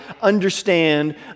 understand